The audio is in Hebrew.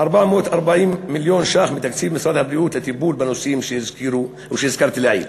440 מיליון ש"ח מתקציב משרד הבריאות לטיפול בנושאים שהזכרתי לעיל.